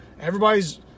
everybody's